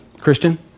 Christian